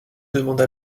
demande